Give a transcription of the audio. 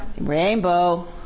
Rainbow